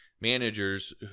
managers